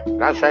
not so